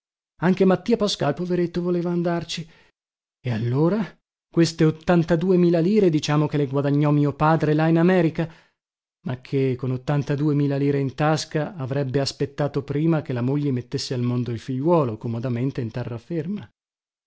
anche mattia pascal poveretto voleva andarci e allora queste ottantadue mila lire diciamo che le guadagnò mio padre là in america ma che con ottantadue mila lire in tasca avrebbe aspettato prima che la moglie mettesse al mondo il figliuolo comodamente in